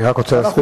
ואנחנו לא הקפאנו.